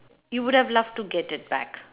you would have loved to get it back